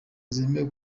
zemewe